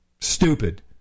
Stupid